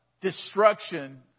destruction